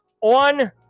on